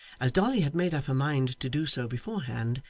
as dolly had made up her mind to do so beforehand,